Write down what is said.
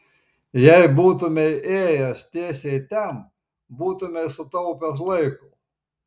jei būtumei ėjęs tiesiai ten būtumei sutaupęs laiko